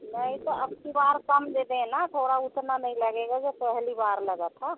नहीं तो अबकी बार कम दे देना थोड़ा उतना नही लगेगा जो पहली बार लगा था